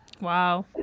Wow